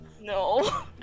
No